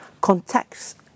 Context